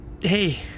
Hey